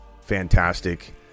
fantastic